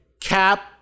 Cap